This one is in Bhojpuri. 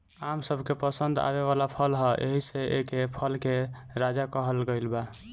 आम सबके पसंद आवे वाला फल ह एही से एके फल के राजा कहल गइल बा